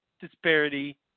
disparity